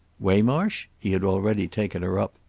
waymarsh? he had already taken her up.